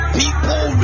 people